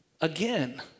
again